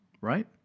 right